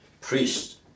priests